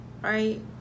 right